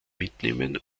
mitnehmen